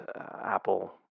Apple